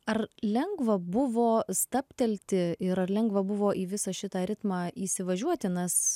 ar lengva buvo stabtelti ir ar lengva buvo į visą šitą ritmą įsivažiuoti nes